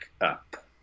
up